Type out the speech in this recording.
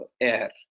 air